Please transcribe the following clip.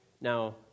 Now